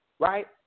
right